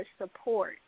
support